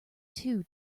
two